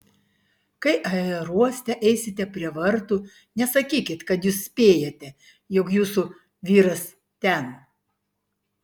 kai aerouoste eisite prie vartų nesakykit kad jūs spėjate jog jūsų vyras ten